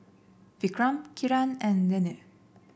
Vikram Kiran and Renu